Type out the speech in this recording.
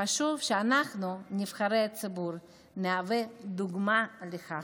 חשוב שאנחנו, נבחרי הציבור, נהווה דוגמה לכך.